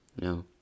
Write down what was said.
No